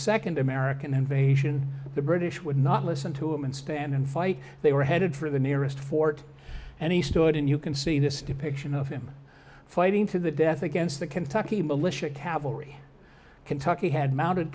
second american invasion the british would not listen to him and stand and fight they were headed for the nearest fort and he stood and you can see this depiction of him fighting to the death against the kentucky militia cavalry kentucky had mounted